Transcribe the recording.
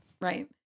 Right